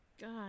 God